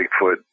Bigfoot